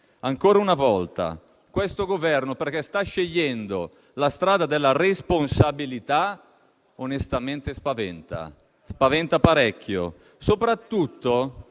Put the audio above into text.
ancora una volta questo Governo perché sta scegliendo la strada della responsabilità onestamente spaventa, e parecchio, soprattutto